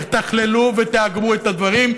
תתכללו ותאגמו את הדברים,